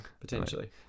potentially